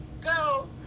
go